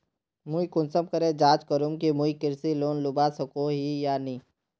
मुई कुंसम करे जाँच करूम की मुई कृषि लोन लुबा सकोहो ही या नी?